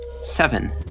Seven